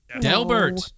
Delbert